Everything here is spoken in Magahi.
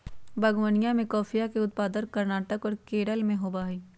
बागवनीया में कॉफीया के उत्पादन कर्नाटक और केरल में होबा हई